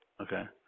Okay